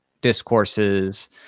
discourses